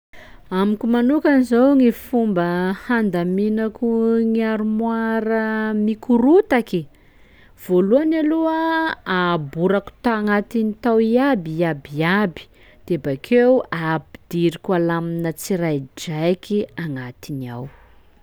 Amiko manokany zao gny fopba handaminako gny armoara mikorotaky: voalohany aloha aborako tagnatiny tao iaby iabiaby, de bakeo ampidiriko alamina tsiraidraiky agnatiny ao.